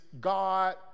God